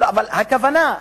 אבל הכוונה,